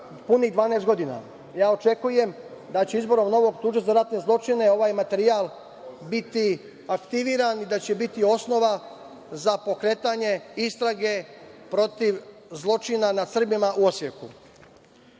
već 12 godina. Očekujem da će izborom novog tužioca za ratne zločine ovaj materijal biti aktiviran i da će biti osnova za pokretanje istrage protiv zločina nad Srbima u Osijeku. Godine